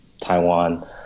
taiwan